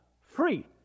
free